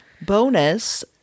bonus